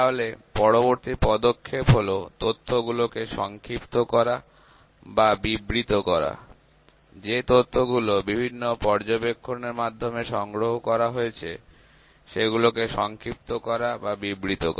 তাহলে পরবর্তী পদক্ষেপ হলো তথ্যগুলোকে সংক্ষিপ্ত করা বা বিবৃত করা যে তথ্যগুলো বিভিন্ন পর্যবেক্ষণের মাধ্যমে সংগ্রহ করা হয়েছে সে গুলোকে সংক্ষিপ্ত করা বা বিবৃত করা